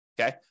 Okay